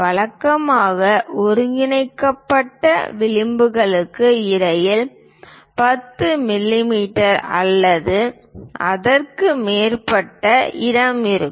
வழக்கமாக ஒழுங்கமைக்கப்பட்ட விளிம்புகளுக்கு இடையில் 10 மிமீ அல்லது அதற்கு மேற்பட்ட இடம் இருக்கும்